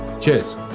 cheers